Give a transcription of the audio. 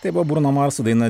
tai buvo bruno mars su daina